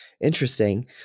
interesting